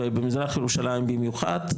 ובמזרח ירושלים במיוחד.